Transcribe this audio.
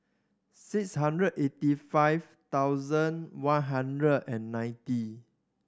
six hundred eighty five thousand one hundred and ninety